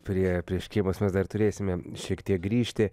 prie prie škėmos mes dar turėsime šiek tiek grįžti